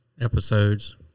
episodes